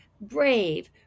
brave